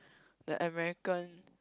the American